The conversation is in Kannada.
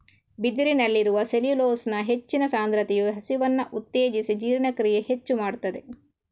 ಬಿದಿರಿನಲ್ಲಿರುವ ಸೆಲ್ಯುಲೋಸ್ನ ಹೆಚ್ಚಿನ ಸಾಂದ್ರತೆಯು ಹಸಿವನ್ನ ಉತ್ತೇಜಿಸಿ ಜೀರ್ಣಕ್ರಿಯೆ ಹೆಚ್ಚು ಮಾಡ್ತದೆ